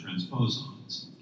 transposons